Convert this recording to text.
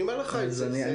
אני אומר לך, זה קשה.